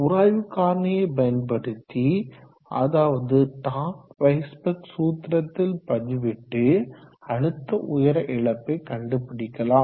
உராய்வு காரணியை பயன்படுத்தி அதாவது டார்கி வைஸ்பெக் சூத்திரத்தில் பதிவிட்டு அழுத்த உயர இழப்பை கண்டுபிடிக்கலாம்